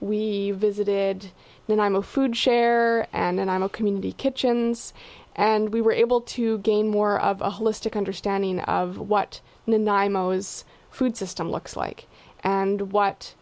we visited then i'm a food share and i'm a community kitchens and we were able to gain more of a holistic understanding of what not imo is food system looks like and what